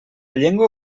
llengua